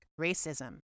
racism